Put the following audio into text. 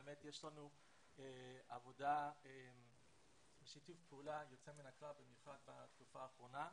אכן יש לנו עבודה ושיתוף פעולה יוצא מן הכלל במיוחד בתקופה האחרונה.